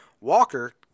Walker